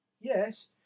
Yes